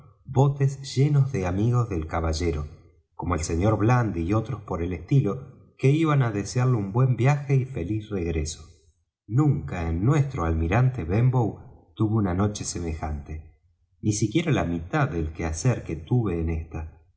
botes llenos de amigos del caballero como el sr blandy y otros por el estilo que iban á desearle un buen viaje y feliz regreso nunca en nuestro almirante benbow tuve una noche semejante ni siquiera la mitad del quehacer que tuve en ésta